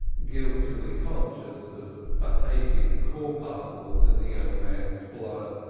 guiltily conscious of batavian corpuscles in the young man's blood.